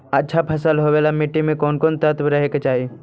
अच्छा फसल होबे ल मट्टी में कोन कोन तत्त्व रहे के चाही?